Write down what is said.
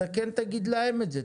אתה כן תגיד להם את זה.